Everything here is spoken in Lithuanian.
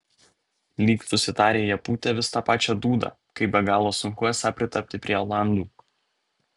lyg susitarę jie pūtė vis tą pačią dūdą kaip be galo sunku esą pritapti prie olandų